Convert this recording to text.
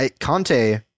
Conte